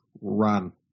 run